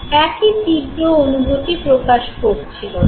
একই তীব্র অনুভূতি প্রকাশ করছিল না